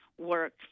work